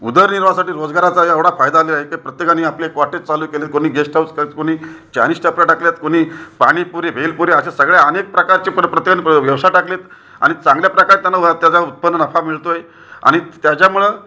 उदरनिर्वाहासाठी रोजगाराचा एवढा फायदा झालेला आहे ते प्रत्येकाने आपले कॉटेज चालू केले कोणी गेस्ट हाउस त्यात कोणी चायनीज टपऱ्या टाकल्या आहेत कोणी पाणीपुरी भेळपुरी अशा सगळ्या अनेक प्रकारच्या प्र प्रत्येकानं व्यवसाय टाकले आहेत आणि चांगल्या प्रकारे त्यांना त्याच्यावर उत्पन्न नफा मिळतो आहे आणि त्याच्यामुळं